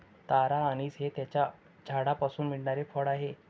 तारा अंनिस हे त्याच्या झाडापासून मिळणारे फळ आहे